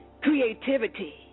creativity